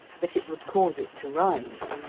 that it would cause it to rise.